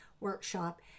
workshop